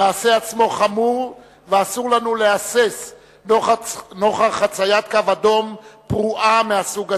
המעשה עצמו חמור ואסור לנו להסס נוכח חציית קו אדום פרועה מהסוג הזה.